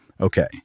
okay